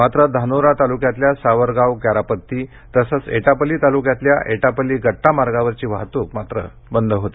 मात्र धानोरा तालुक्यातील सावरगाव गॅरापत्ती तसंच एटापल्ली तालुक्यातील एटापल्ली गट्टा मार्गावरील वाहतूक बंद होती